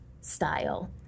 style